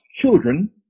children